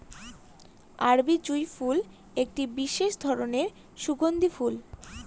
আরবি জুঁই ফুল একটি বিশেষ ধরনের সুগন্ধি ফুল